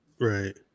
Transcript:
Right